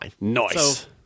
Nice